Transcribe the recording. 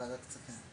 ועדת הכספים.